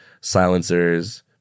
silencers